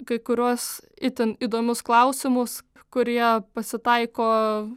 kai kuriuos itin įdomius klausimus kurie pasitaiko